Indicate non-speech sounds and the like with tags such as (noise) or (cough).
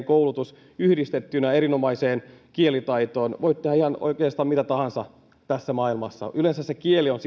(unintelligible) koulutus yhdistettynä erinomaiseen kielitaitoon voit tehdä oikeastaan ihan mitä tahansa tässä maailmassa yleensä se kieli on (unintelligible)